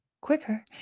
Quicker